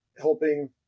helping